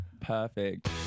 Perfect